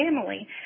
family